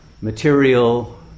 material